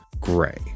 gray